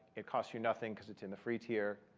it costs you nothing because it's in the free tier.